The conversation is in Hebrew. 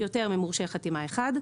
יותר ממורשה חתימה אחד,